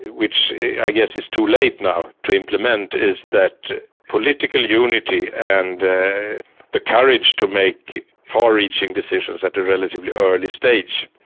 which i guess is too late now to implement, is that political unity and the courage to make far-reaching decisions at a relatively early stage,